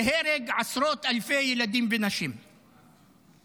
להרג עשרות אלפי ילדים ונשים פלסטינים,